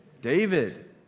David